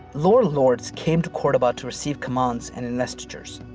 lower lords came to cordoba to receive commands and investitures.